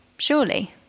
Surely